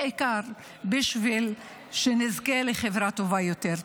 בעיקר בשביל שנזכה לחברה טובה יותר.